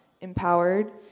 empowered